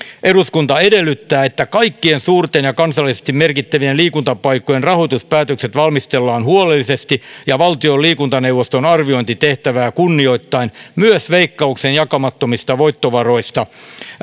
eduskunta edellyttää että kaikkien suurten ja kansallisesti merkittävien liikuntapaikkojen rahoituspäätökset valmistellaan huolellisesti ja valtion liikuntaneuvoston arviointitehtävää kunnioittaen myös veikkauksen jakamattomista voittovaroista